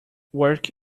work